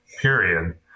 period